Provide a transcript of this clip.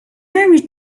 mary